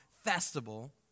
festival